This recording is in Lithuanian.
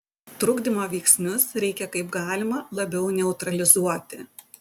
trukdymo veiksnius reikia kaip galima labiau neutralizuoti